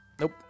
Nope